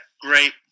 great